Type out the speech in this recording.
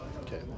Okay